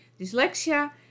dyslexia